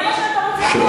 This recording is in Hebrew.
זה מה שאתה רוצה פה?